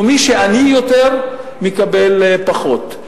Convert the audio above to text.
ומי שעני יותר מקבל פחות.